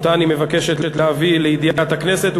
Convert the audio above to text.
שאותן אני מבקש להביא לידיעת הכנסת,